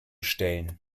stellen